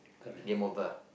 game over